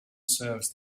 serves